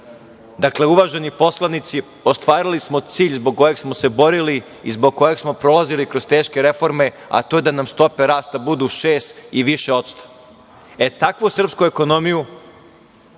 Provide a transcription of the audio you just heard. Evropi. Dakle, uvaženi poslanici, ostvarili smo cilj zbog kojeg smo se borili i zbog kojeg smo prolazili kroz teške reforme, a to je da nam stope rasta budu 6 i više procenata. E, takvu srpsku ekonomiju